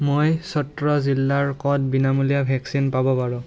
মই চত্ৰ জিলাৰ ক'ত বিনামূলীয়া ভেকচিন পাব পাৰোঁ